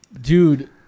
Dude